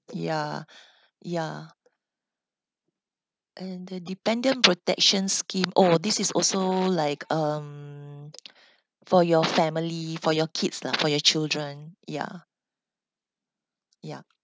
ya ya and the dependent protection scheme oh this is also like um for your family for your kids lah for your children ya ya